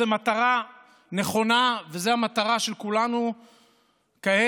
זו מטרה נכונה וזו המטרה של כולנו כעת,